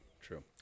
True